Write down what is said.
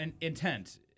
intent